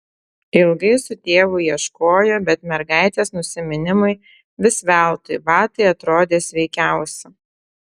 ilgai su tėvu ieškojo bet mergaitės nusiminimui vis veltui batai atrodė sveikiausi